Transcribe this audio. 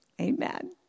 Amen